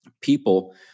people